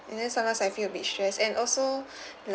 and then sometimes I feel a bit stress and also